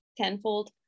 tenfold